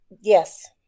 Yes